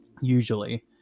usually